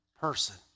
person